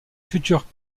futur